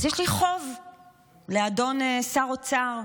אז יש לי חוב לאדון שר אוצר,